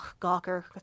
Gawker